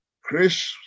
Chris